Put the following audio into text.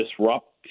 disrupt